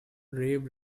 rave